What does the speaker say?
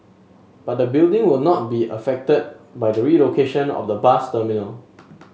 but the building will not be affected by the relocation of the bus terminal